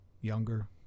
younger